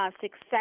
success